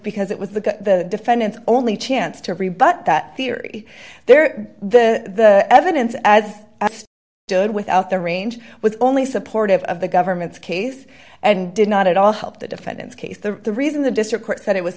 because it was the defendant's only chance to rebut that theory there the evidence as good without the range with only supportive of the government's case and did not at all help the defendant's case the the reason the district court